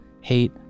hate